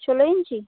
ষোলো ইঞ্চি